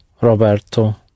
Roberto